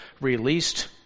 released